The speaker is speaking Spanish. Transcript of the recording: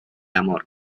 amor